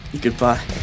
Goodbye